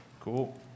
Cool